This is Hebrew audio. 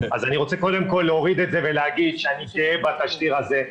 אז אני רוצה קודם כל להוריד את זה ולהגיד שאני גאה בתשדיר הזה.,